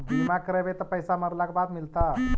बिमा करैबैय त पैसा मरला के बाद मिलता?